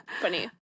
funny